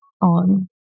on